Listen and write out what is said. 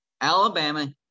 Alabama